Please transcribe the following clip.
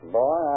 boy